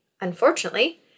Unfortunately